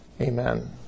Amen